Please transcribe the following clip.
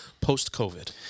post-COVID